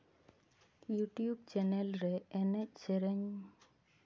YouTube channel ᱨᱮ ᱮᱱᱮᱡ ᱥᱮᱨᱮᱧ